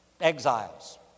exiles